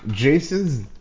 Jason's